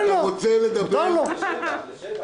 יש האשמות.